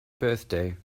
birthday